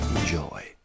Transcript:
Enjoy